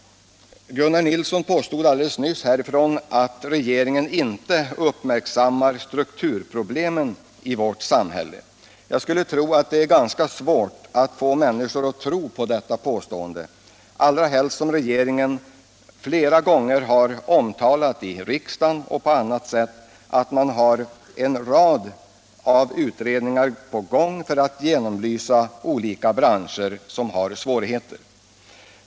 Gunnar Nilsson påstod alldeles nyss att regeringen inte uppmärksammar strukturproblemen i vårt samhälle. Jag skulle tro att det är ganska svårt att få människor att tro på detta påstående, allra helst som regeringen flera gånger har omtalat i riksdagen och på annat sätt att man har en rad utredningar på gång för att genomlysa olika branscher som har svårigheter.